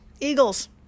eagles